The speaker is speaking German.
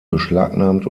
beschlagnahmt